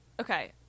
Okay